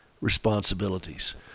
responsibilities